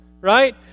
right